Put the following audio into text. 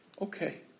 okay